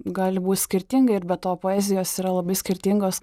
gali būti skirtingai ir be to poezijos yra labai skirtingos